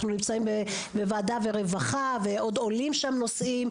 אנחנו נמצאים בוועדת העבודה ורווחה ועוד עולים שם נושאים,